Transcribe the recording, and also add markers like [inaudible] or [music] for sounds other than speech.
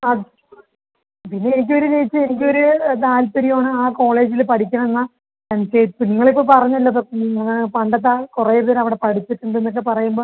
ആ പിന്നെ ഏജ് വരില്ലേ ചേച്ചി എനിക്ക് ഒര് താല്പര്യം ആണ് ആ കോളേജില് പഠിക്കണമെന്ന് [unintelligible] നിങ്ങൾ ഇപ്പോൾ പറഞ്ഞല്ലൊ ഇത് പണ്ടത്തെ ആ കുറെ ഇവര് അവിടെ പഠിച്ചിട്ടുണ്ട് എന്നൊക്കെ പറയുമ്പോൾ